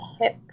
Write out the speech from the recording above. hip